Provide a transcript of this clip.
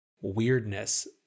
weirdness